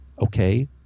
okay